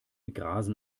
grasen